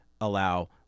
allow